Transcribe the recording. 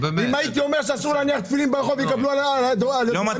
אם הייתי אומר בעבר שיהיה אסור להניח תפילין ברחוב כי יקבלו על זה דוח,